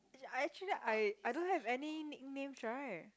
as in I actually I I don't have any nicknames right